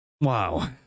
Wow